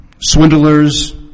Swindlers